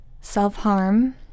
self-harm